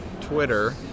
Twitter